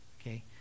okay